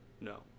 No